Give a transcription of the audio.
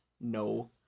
No